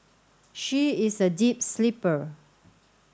she is a deep sleeper